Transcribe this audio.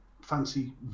fancy